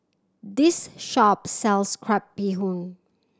this shop sells crab bee hoon